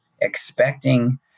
expecting